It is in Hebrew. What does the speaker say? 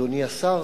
אדוני השר,